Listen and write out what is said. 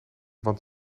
want